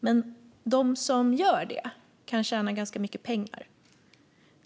Men de som gör det kan tjäna ganska mycket pengar.